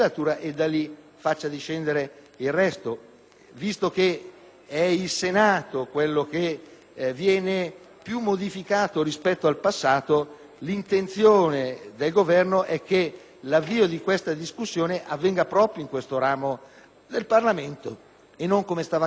Visto che è il Senato quello che viene più modificato rispetto al passato, l'intenzione del Governo è che l'avvio di tale discussione avvenga proprio in questo ramo del Parlamento e non alla Camera, come stava invece accadendo nella passata legislatura.